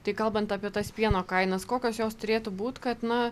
tai kalbant apie tas pieno kainas kokios jos turėtų būt kad na